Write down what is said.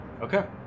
Okay